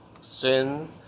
sin